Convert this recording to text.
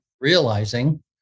realizing